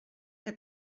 que